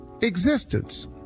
existence